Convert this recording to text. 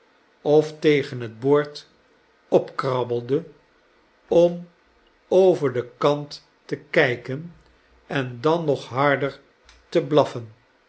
of tegen het opkrabbelde om over den kant te kijken en dan nog harder te blaffen